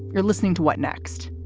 you're listening to what next.